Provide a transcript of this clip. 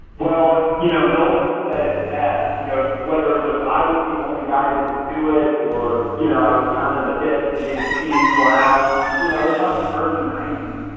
well, you know, nolan said it best. he goes, whether it was i was the only guy that would do it or, you know, i was kind of the designated team clown. you know, we're talking early ninety s.